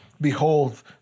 Behold